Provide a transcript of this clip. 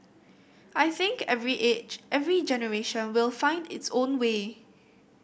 I think every age every generation will find its own way